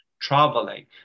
traveling